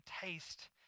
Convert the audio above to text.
taste